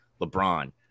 LeBron